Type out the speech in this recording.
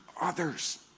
others